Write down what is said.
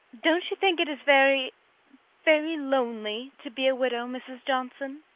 don't you think it is very very lonely to be a widow, mrs. johnson?